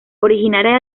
originaria